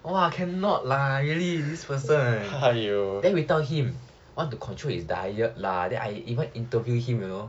!wah! cannot lah really this person then we tell him want to control his diet lah then I even interview him you know